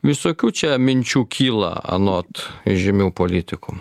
visokių čia minčių kyla anot žymių politikų